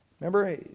Remember